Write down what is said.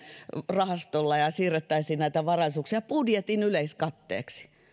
rahastolla ja ja siirrettäisiin näitä varallisuuksia budjetin yleiskatteeksi